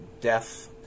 death